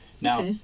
Now